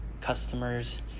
customers